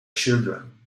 children